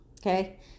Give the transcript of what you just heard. okay